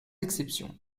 exception